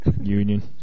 Union